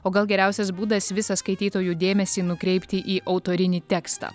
o gal geriausias būdas visą skaitytojų dėmesį nukreipti į autorinį tekstą